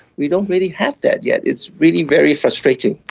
we don't really have that yet, it's really very frustrating.